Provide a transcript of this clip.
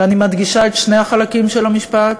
ואני מדגישה את שני החלקים של המשפט,